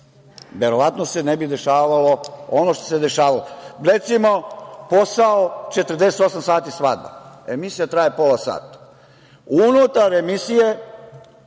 verovatno se ne bi dešavalo ono što se dešavalo. Recimo, posao "48 sati svadba", emisija traje posla sata, unutar emisije